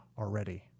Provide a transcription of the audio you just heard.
already